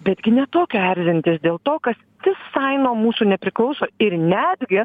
betgi ne tokio erzinti dėl to kas visai nuo mūsų nepriklauso ir netgi